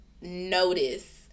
notice